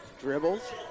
dribbles